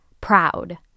proud